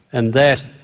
and that,